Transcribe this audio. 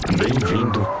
bem-vindo